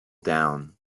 down